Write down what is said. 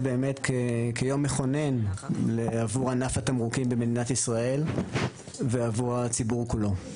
כיום מכונן עבור ענף התמרוקים במדינת ישראל ועבור הציבור כולו.